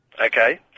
Okay